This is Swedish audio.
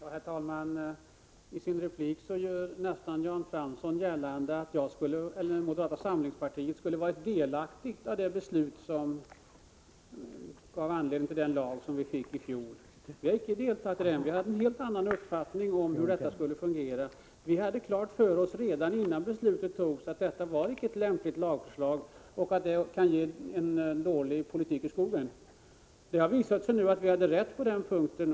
Herr talman! I sin replik gör Jan Fransson nästan gällande att moderata samlingspartiet skulle ha varit delaktigt i det beslut som gav den lag som vi fick i fjol. Vi har icke deltagit i detta beslut. Vi hade en helt annan uppfattning än majoriteten om hur lagen skulle fungera. Redan innan beslutet togs hade vi klart för oss att det icke var ett lämpligt lagförslag och att det skulle kunna ge en för skogen dålig politik. Det har nu visat sig att vi hade rätt på denna punkt.